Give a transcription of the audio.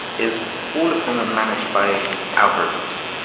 is all of them managed by algorithms.